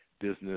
business